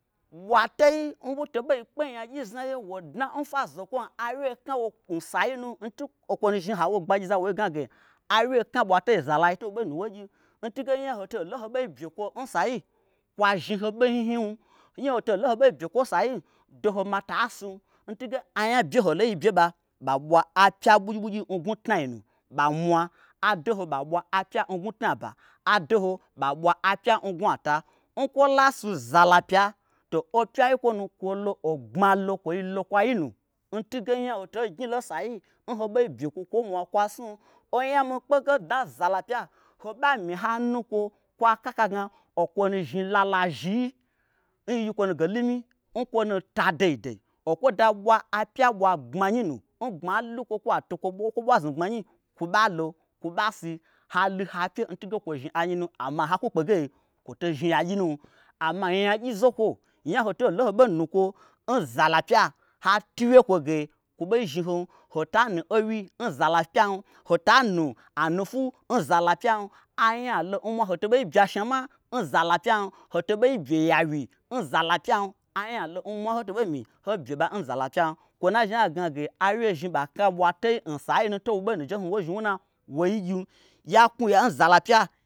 Bwatei n woto ɓei kpe nyagyi znai yem woi dna n fwa zokwom awye dna n sai nu okwonu zhni hawo gbagyiza wai gnage awye kna ɓwatei n zalai nu to woi ɓenu woi gyim, ntunge nyaho teilo n hoɓei bye kwo n sai kwa zhniho ɓe hnihnim nyaho teilo nho ɓei bye kwo n sai doho mata sim. Ntun ge anya bye holo n yi bye ɓa'a ɓwa apya ɓugyibugyi n gnwu tnai nu ba mwa adoho ɓa ɓwa apya n gnwu tnaba adoho ɓa ɓwa apya n gnwu ata n kwola si zala pya to opyai n kwonu to ogbma lo kwoi lo kwa yinu ntunge nyaho tei gnyilo nsai n ho ɓei bye kwo kwoi mwa kwa snu. O nya mikpe ge dna n zala pya hoɓa myi hanu kwo kwa kakagna okwonu zhni lala zhii n yi'yi kwonu ge lumyi n kwonu ta deidei okwoda ɓwa opya ɓwa gbmanyi nu n gbma lukwo kwa to kwo. kwo ɓwa znu gbmanyi kwo ɓalo kwo ɓasi halu ha pye ntunge kwo zhni anyi nu amma hakwu kpege kwu to zhni nyagyi num. Amma nyagyi zokwo nyaho tolo n ho ɓei nukwo n zala pya hatu wyem nkwo ge kwo ɓei zhni hom; hota nu owyi nzalapyam. hota nu anufwu n zala pyam. anyalo nmwa hoto ɓei byi a shnama n zala pyam. hoto ɓei bye yawyi n zala pyam anya lo n mwa n hoto ɓei myi hoi bye ɓa n zala pyam kwonu na zhni ai gnage awye zhni ba kna ɓwatei nsayi nu to woɓ ei nu woi zhni wuna? Woi gyim. Yaknwu ya n zala pya.